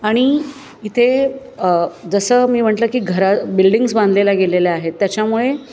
आणि इथे जसं मी म्हटलं की घरा बिल्डिंग्स बांधलेल्या गेलेल्या आहेत त्याच्यामुळे